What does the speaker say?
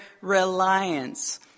reliance